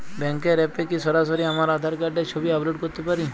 ব্যাংকের অ্যাপ এ কি সরাসরি আমার আঁধার কার্ড র ছবি আপলোড করতে পারি?